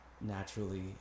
naturally